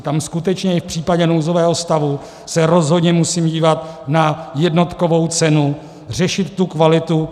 Tam skutečně i v případě nouzového stavu se rozhodně musím dívat na jednotkovou cenu, řešit tu kvalitu.